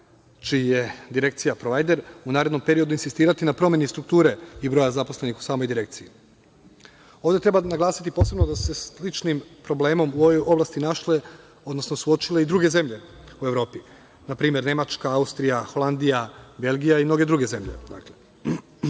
čiji je direkcija provajder, u narednom periodu insistirati na promeni strukture i broja zaposlenih u samoj direkciji. Ovde treba naglasiti posebno da su se sličnim problemom u ovoj oblasti našle, odnosno suočile i druge zemlje u Evropi, npr. Nemačka, Austrija, Holandija, Belgija i mnoge druge zemlje. Bolja